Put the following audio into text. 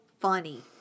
funny